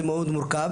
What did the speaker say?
זה מאוד מורכב.